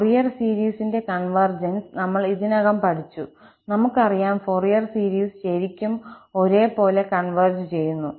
അതിനാൽ ഫൊറിയർ സീരീസിന്റെ കൺവെർജൻസ് നമ്മൾ ഇതിനകം പഠിച്ചു നമുക്കറിയാം ഫൊറിയർ സീരീസ് ശരിക്കും ഒരേപോലെ കൺവെർജ് ചെയ്യുന്നു